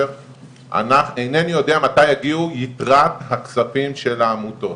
אינני יודע מתי יגיעו יתרת הכספים של העמותות.